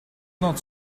not